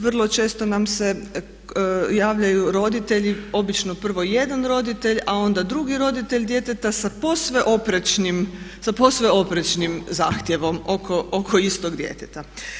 Vrlo često nam se javljaju roditelji, obično prvo jedan roditelj a onda drugi roditelj djeteta sa posve oprečnim zahtjevom oko istog djeteta.